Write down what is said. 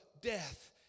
death